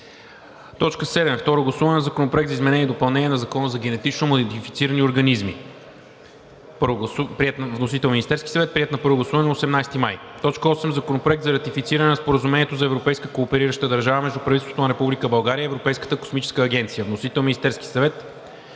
8. 7. Второ гласуване на Законопроекта за изменение и допълнение на Закона за генетично модифицираните организми. Вносител е Министерският съвет на 27 април 2022 г. Приет на първо гласуване на 18 май 2022 г. 8. Законопроект за ратифициране на Споразумението за европейска кооперираща държава между правителството на Република България и Европейската космическа агенция. Вносител е Министерският съвет